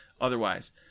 otherwise